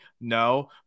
No